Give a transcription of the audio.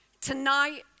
tonight